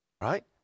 right